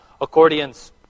Accordions